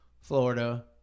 Florida